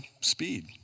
speed